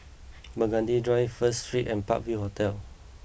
Burgundy Drive First Street and Park View Hotel